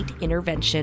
intervention